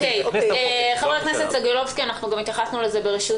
הכנסת המחוקקת, לא הממשלה.